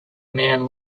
man